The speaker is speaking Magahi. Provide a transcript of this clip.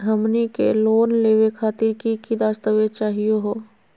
हमनी के लोन लेवे खातीर की की दस्तावेज चाहीयो हो?